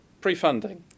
pre-funding